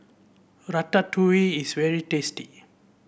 ratatouille is very tasty